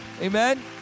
Amen